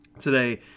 today